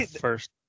first